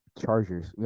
Chargers